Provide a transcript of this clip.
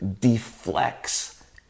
deflects